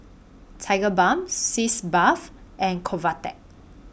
Tigerbalm Sitz Bath and Convatec